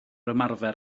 ymarfer